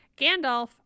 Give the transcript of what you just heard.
Gandalf